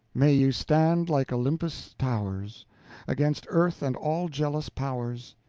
may you stand like olympus' towers against earth and all jealous powers!